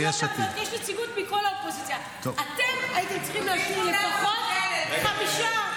גם כחול לבן,